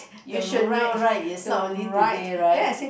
you should know right is not only today right